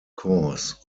course